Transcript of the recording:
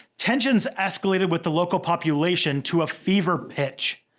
tensions escalated with the local population to a fever pitch.